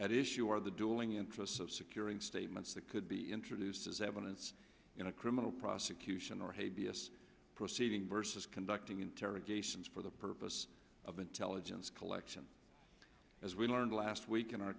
at issue are the dueling interests of securing statements that could be introduced as evidence in a criminal prosecution or a b s proceeding versus conducting interrogations for the purpose of intelligence collection as we learned last week in our